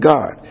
God